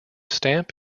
stamp